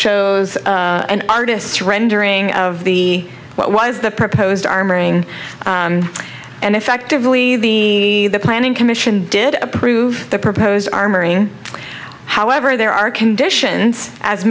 shows an artist's rendering of the what was the proposed armoring and effectively the the planning commission did approve the proposed armoring however there are conditions as